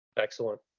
Excellent